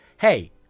hey